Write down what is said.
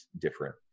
different